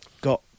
got